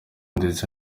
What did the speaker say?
ndetse